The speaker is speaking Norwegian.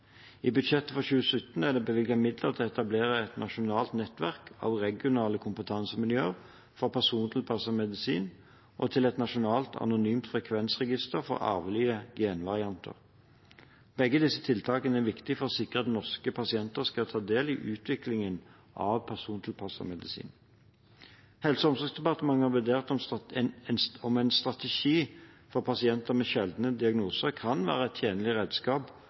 I budsjettet for 2017 er det bevilget midler til å etablere et nasjonalt nettverk av regionale kompetansemiljøer for persontilpasset medisin og til et nasjonalt anonymt frekvensregister for arvelige genvarianter. Begge disse tiltakene er viktig for å sikre at norske pasienter skal ta del i utviklingen av persontilpasset medisin. Helse- og omsorgsdepartementet har vurdert om en strategi for pasienter med sjeldne diagnoser kan være et tjenlig redskap